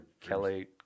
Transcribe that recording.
Kelly